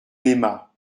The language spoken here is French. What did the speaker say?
aima